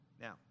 Now